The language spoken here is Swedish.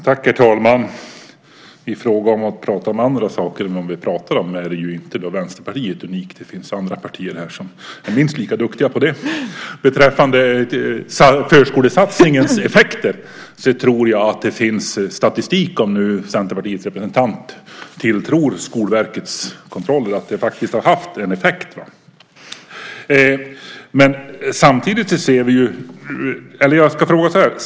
Herr talman! Att prata om andra saker än dem vi egentligen pratar om är inte unikt för Vänsterpartiet. Det finns andra partier som är minst lika duktiga på det. När det gäller förskolesatsningens effekter, tror jag att det finns statistik som visar att det har haft effekt, om nu Centerpartiets representant tror på Skolverkets kontroll.